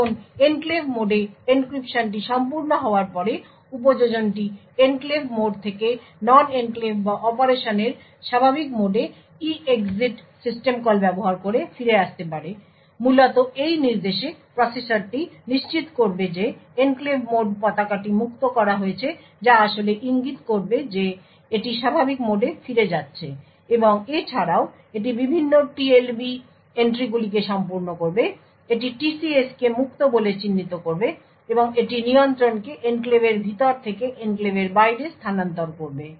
এখন এনক্লেভ মোডে এনক্রিপশনটি সম্পূর্ণ হওয়ার পরে উপযোজনটি এনক্লেভ মোড থেকে নন এনক্লেভ বা অপারেশনের স্বাভাবিক মোডে EEXIT সিস্টেম কল ব্যবহার করে ফিরে আসতে পারে মূলত এই নির্দেশে প্রসেসরটি নিশ্চিত করবে যে এনক্লেভ মোড পতাকাটি মুক্ত করা হয়েছে যা আসলে ইঙ্গিত করবে যে এটি স্বাভাবিক মোডে ফিরে যাচ্ছে এবং এছাড়াও এটি বিভিন্ন TLB এন্ট্রিগুলিকে সম্পূর্ণ করবে এটি TCS কে মুক্ত বলে চিহ্নিত করবে এবং এটি নিয়ন্ত্রণকে এনক্লেভের ভিতর থেকে এনক্লেভের বাইরে স্থানান্তর করবে